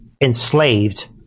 enslaved